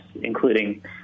including